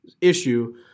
issue